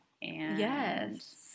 Yes